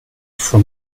from